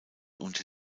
unter